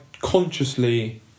consciously